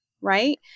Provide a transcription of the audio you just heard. right